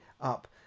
up